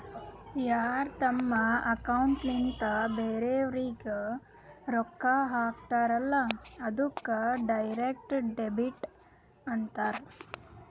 ಯಾರ್ ತಮ್ ಅಕೌಂಟ್ಲಿಂತ್ ಬ್ಯಾರೆವ್ರಿಗ್ ರೊಕ್ಕಾ ಹಾಕ್ತಾರಲ್ಲ ಅದ್ದುಕ್ ಡೈರೆಕ್ಟ್ ಡೆಬಿಟ್ ಅಂತಾರ್